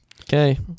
okay